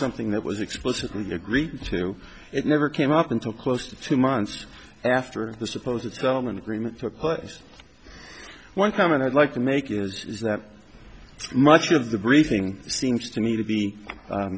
something that was explicitly agreed to it never came up until close to two months after the supposed its element agreement took place one time and i'd like to make is that much of the briefing seems to me to be